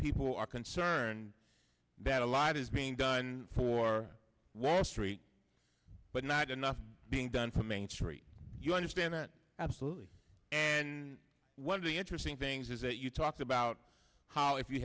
people are concerned that a lot is being done for wall street but not enough being done for main street you understand that absolutely and one of the interesting things is that you talked about how if you